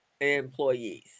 employees